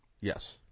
Yes